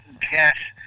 cash